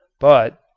but,